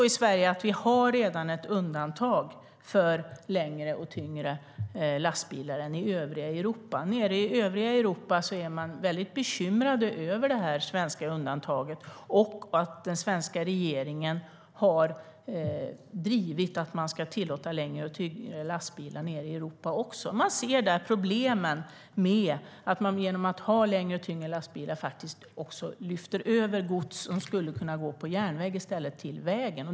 I Sverige har vi redan ett undantag för längre och tyngre lastbilar än i övriga Europa. Där är de bekymrade över det svenska undantaget och att den svenska regeringen har drivit att längre och tyngre lastbilar ska tillåtas också nere i Europa. De ser problemen med att längre och tyngre lastbilar leder till att man lyfter över gods som skulle kunna gå på järnväg till vägen.